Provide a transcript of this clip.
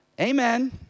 Amen